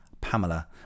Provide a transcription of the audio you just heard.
Pamela